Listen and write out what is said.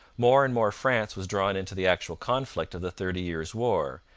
more and more france was drawn into the actual conflict of the thirty years' war,